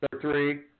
three